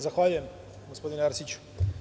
Zahvaljujem, gospodine Arsiću.